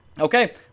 Okay